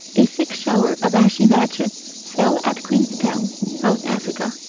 a thick shower of ashy matter fell at queenstown, south africa.